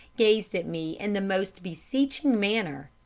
gazed at me in the most beseeching manner.